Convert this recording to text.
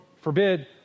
forbid